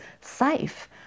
safe